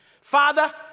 Father